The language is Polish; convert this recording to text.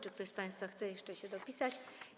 Czy ktoś z państwa chce jeszcze się dopisać?